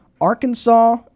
Arkansas